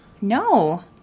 No